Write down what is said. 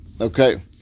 Okay